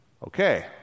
Okay